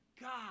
God